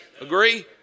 Agree